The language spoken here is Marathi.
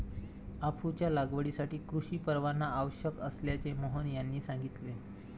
अफूच्या लागवडीसाठी कृषी परवाना आवश्यक असल्याचे मोहन यांनी सांगितले